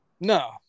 No